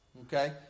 Okay